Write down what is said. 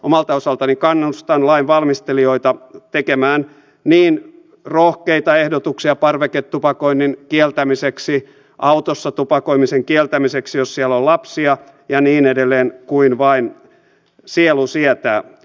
omalta osaltani kannustan lain valmistelijoita tekemään niin rohkeita ehdotuksia parveketupakoinnin kieltämiseksi autossa tupakoimisen kieltämiseksi jos siellä on lapsia ja niin edelleen kuin vain sielu sietää